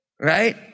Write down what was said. right